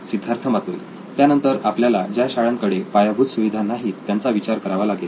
सिद्धार्थ मातुरी त्यानंतर आपल्याला ज्या शाळांकडे पायाभूत सुविधा नाहीत त्यांचा विचार करावा लागेल